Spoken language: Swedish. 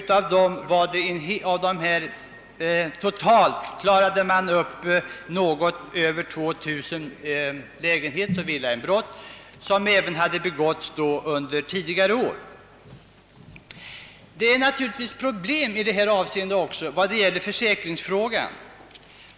Totalt klarade man upp något över 2 000 lägenhetsoch villainbrott; en del av dessa hade alltså begåtts under tidigare år. Det föreligger naturligtvis problem i detta avseende också när det gäller försäkringsfrågan.